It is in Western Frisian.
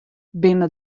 binne